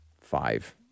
five